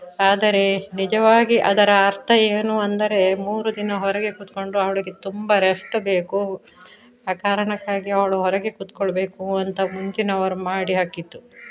ಆದರೆ ನಿಜವಾಗಿ ಅದರ ಅರ್ಥ ಏನು ಅಂದರೆ ಮೂರು ದಿನ ಹೊರಗೆ ಕೂತ್ಕೊಂಡು ಅವಳಿಗೆ ತುಂಬ ರೆಸ್ಟ್ ಬೇಕು ಆ ಕಾರಣಕ್ಕಾಗಿ ಅವಳು ಹೊರಗೆ ಕೂತ್ಕೊಳ್ಬೇಕು ಅಂತ ಮುಂಚಿನವರು ಮಾಡಿ ಹಾಕಿದ್ದು